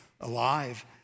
alive